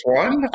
one